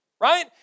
right